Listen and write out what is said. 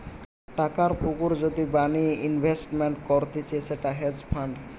টাকার পুকুর যদি বানিয়ে ইনভেস্টমেন্ট করতিছে সেটা হেজ ফান্ড